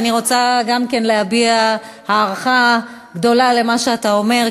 ואני רוצה גם כן להביע הערכה גדולה למה שאתה אומר,